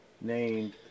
named